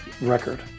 record